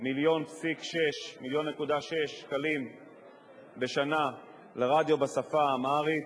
1.6 מיליון שקלים בשנה לרדיו בשפה האמהרית,